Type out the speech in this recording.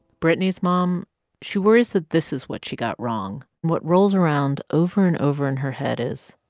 brittany's mom she worries that this is what she got wrong. what rolls around over and over in her head is,